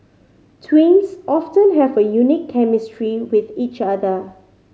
twins often have a unique chemistry with each other